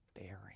bearing